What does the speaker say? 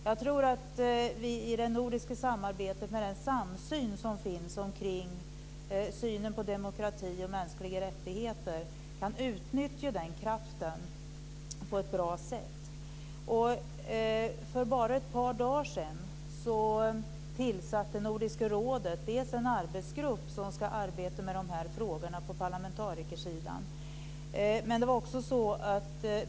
Jag tror att vi i det nordiska samarbetet med den samsyn som finns kring synen på demokrati och mänskliga rättigheter kan utnyttja den kraften på ett bra sätt. För bara ett par dagar sedan tillsatte Nordiska rådet en arbetsgrupp som ska arbeta med dessa frågor på parlamentarikersidan.